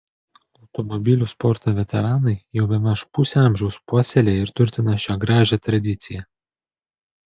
automobilių sporto veteranai jau bemaž pusę amžiaus puoselėja ir turtina šią gražią tradiciją